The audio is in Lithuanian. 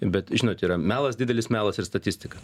bet žinot yra melas didelis melas ir statistika